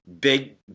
big